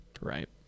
Right